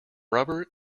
rubber